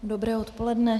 Dobré odpoledne.